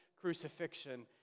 crucifixion